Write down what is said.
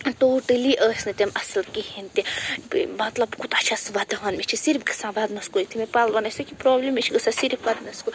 totally ٲسۍ نہٕ تِم اصٕل کِہیٖنۍ تہِ ٲں بہٕ مطلب بہٕ کوٗتاہ چھیٚس ودان مےٚ چھُ صرف گژھان ودنَس کُن یُتھُے مےٚ پَلوَن آسہِ نا کیٚنٛہہ پرٛابلِم مےٚ چھُِ گژھان صرف ودنَس کُن